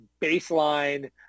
baseline